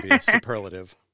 Superlative